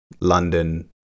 London